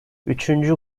üçüncü